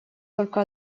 только